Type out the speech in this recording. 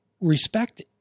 Respect